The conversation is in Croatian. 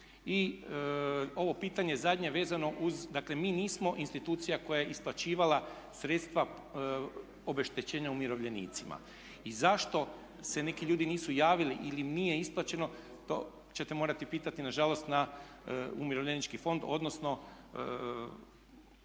I ovo pitanje zadnje vezano uz, dakle mi nismo institucija koja je isplaćivala sredstva obeštećenja umirovljenicima. I zašto se neki ljudi nisu javili ili im nije isplaćeno to ćete morati pitati na žalost na umirovljenički fond, odnosno